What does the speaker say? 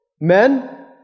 Men